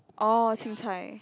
orh Chin-Cai